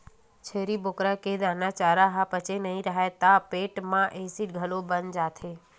छेरी बोकरा के दाना, चारा ह पचे नइ राहय त पेट म एसिड घलो बन जाथे